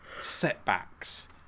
setbacks